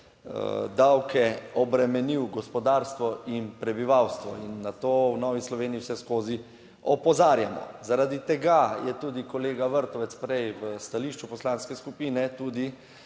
davke, obremenil gospodarstvo in prebivalstvo. In na to v Novi Sloveniji vseskozi opozarjamo. Zaradi tega je tudi kolega Vrtovec prej v stališču poslanske skupine tudi